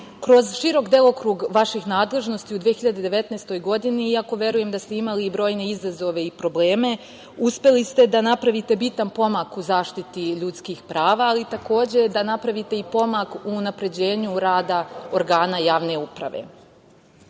širok delokrug vaših nadležnosti u 2019. godini, iako verujem da ste imali brojne izazove i probleme, uspeli ste da napravite bitan pomak u zaštiti ljudskih prava, ali takođe da napravite i pomak u unapređenju rada organa javne uprave.Zaštita